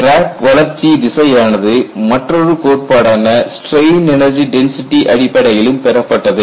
crack வளர்ச்சி திசை ஆனது மற்றொரு கோட்பாடான ஸ்ட்ரெயின் எனர்ஜி டென்சிட்டி அடிப்படையிலும் பெறப்பட்டது